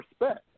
respect